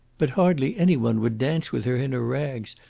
but hardly any one would dance with her in her rags,